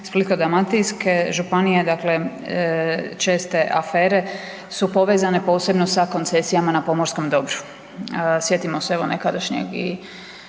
Splitsko-dalmatinske županije, dakle česte afere su povezane posebno sa koncesijama na pomorskom dobru, sjetimo se evo nekadašnjeg i